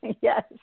Yes